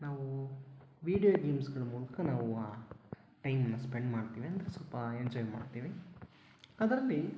ನಾವು ವೀಡಿಯೋ ಗೇಮ್ಸ್ಗಳ ಮೂಲಕ ನಾವು ಆ ಟೈಮನ್ನು ಸ್ಪೆಂಡ್ ಮಾಡ್ತೀವಿ ಅಂದರೆ ಸ್ವಲ್ಪ ಎಂಜಾಯ್ ಮಾಡ್ತೀವಿ ಅದರಲ್ಲಿ